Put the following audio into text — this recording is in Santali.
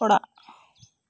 ᱚᱲᱟᱜ